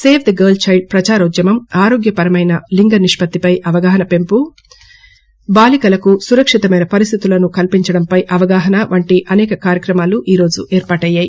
save the girl child ప్రదారోద్యమం ఆరోగ్యకరమైన లింగ నిష్పత్తిపై అవగాహన పెంపు బాలికలకు సురక్తితమైన పరిస్దితులను కల్పించడంపై అవగాహనా వంటి అనేక కార్యక్రమాలు ఈరోజు ఏర్పాటయ్యి